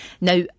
Now